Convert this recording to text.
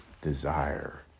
desire